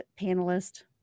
panelist